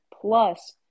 plus